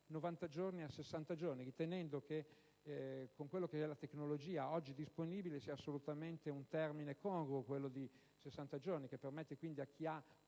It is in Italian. Grazie,